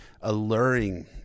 alluring